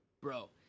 bro